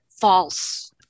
false